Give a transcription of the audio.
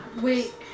Wait